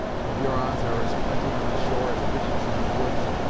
the hurons are as plenty on the shore as pigeons in the woods,